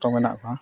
ᱥᱚᱠᱛᱚ ᱢᱮᱱᱟᱜ ᱠᱚᱣᱟ